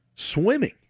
Swimming